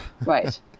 Right